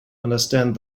understand